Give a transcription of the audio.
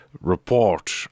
report